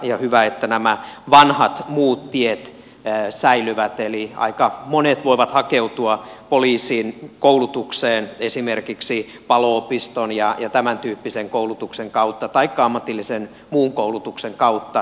ja hyvä että nämä vanhat muut tiet säilyvät eli aika monet voivat hakeutua poliisin koulutukseen esimerkiksi palo opiston ja tämäntyyppisen koulutuksen kautta taikka ammatillisen muun koulutuksen kautta